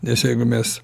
nes jeigu mes